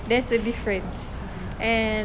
there's a difference and